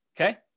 okay